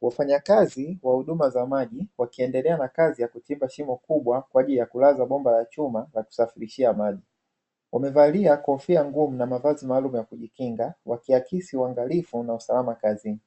Wafanyakazi wa huduma za maji wakiendelea na kazi ya kuchimba shimo kubwa kwaajili ya kulaza bomba la chuma kusafirishia maji, wamevalia kofia ngumu na mavazi maalumu ya kujikinga wakiakisi uangalifu na usalama kazini.